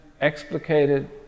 explicated